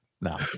No